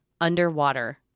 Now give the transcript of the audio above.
underwater